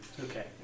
Okay